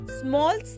small